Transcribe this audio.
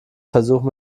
versuche